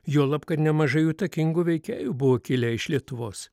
juolab kad nemažai įtakingų veikėjų buvo kilę iš lietuvos